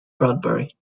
bradbury